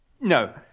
No